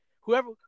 whoever –